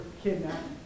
kidnapped